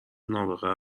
نابغه